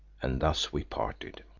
and thus we parted.